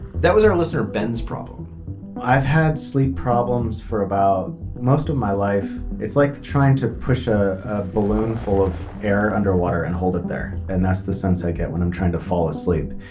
that was our listener. ben's problem i've had sleep problems for about most of my life. it's like trying to push a balloon full of air under water and hold it there. and that's the sense i get when i'm trying to fall asleep.